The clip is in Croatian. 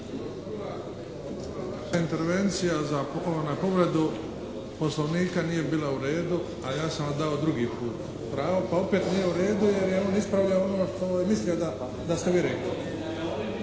ne razumije./ … Poslovnika nije bila u redu. A ja sam vam dao drugi put pravo pa opet nije u redu jer je on ispravljao ono što je mislio da ste vi